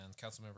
Councilmember